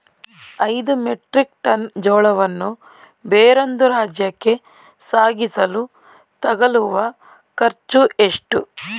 ಐದು metric ton ಜೋಳವನ್ನು ಬೇರೊಂದು ರಾಜ್ಯಕ್ಕೆ ಸಾಗಿಸಲು ತಗಲುವ ಖರ್ಚು ಎಷ್ಟು?